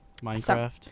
Minecraft